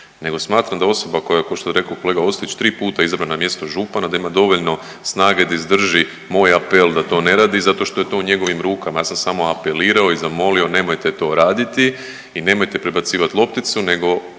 nego smatram da osoba kao što je rekao kolega Ostojić 3 puta izabrana na mjesto župana da ima dovoljno snage da izdrži moj apel da to ne radi zato što je to u njegovim rukama. Ja sam samo apelirao i zamolio nemojte to raditi i nemojte prebacivati lopticu nego